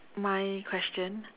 my question